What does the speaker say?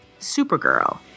Supergirl